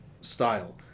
style